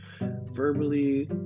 verbally